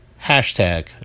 Hashtag